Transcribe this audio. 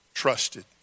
trusted